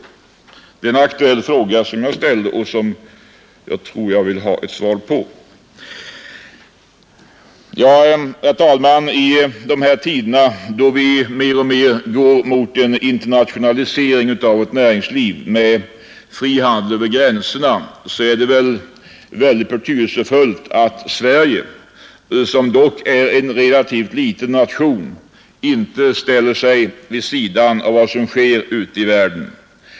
Det är en aktuell fråga som jag gärna vill ha ett svar på. Herr talman! I de här tiderna, då vi mer och mer går mot en internationalisering av vårt näringsliv med fri handel över gränserna, är det väl mycket betydelsefullt att Sverige, som dock är en relativt liten nation, inte ställer sig vid sidan av vad som sker ute i världen.